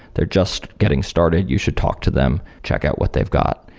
they're just getting started. you should talk to them. check out what they've got.